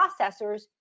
processors